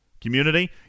Community